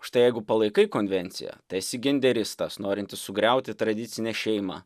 štai jeigu palaikai konvenciją tai esi genderistas norintis sugriauti tradicinę šeimą